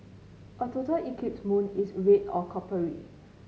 a total eclipse moon is red or coppery